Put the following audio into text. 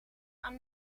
aan